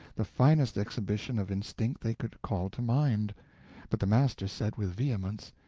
the finest exhibition of instinct they could call to mind but the master said, with vehemence,